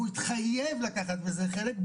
אנחנו התחלנו,